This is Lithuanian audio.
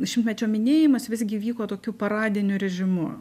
šimtmečio minėjimas visgi vyko tokiu paradiniu režimu